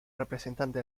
representante